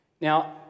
Now